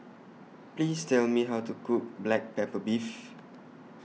Please Tell Me How to Cook Black Pepper Beef